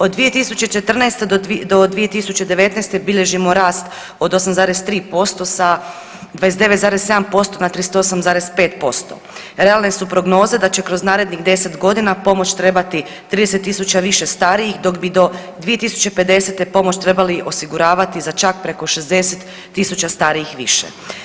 Od 2014.-2019. bilježimo rast od 8,3% sa 29,7% na 38,5%, realne su prognoze da će kroz narednih 10 godina pomoć trebati 30.000 više starijih dok bi do 2050. pomoć trebali osiguravati za čak preko 60.000 starijih više.